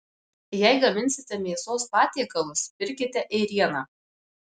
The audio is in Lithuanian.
jei gaminsite mėsos patiekalus pirkite ėrieną